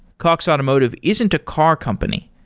cox automotive isn't a car company.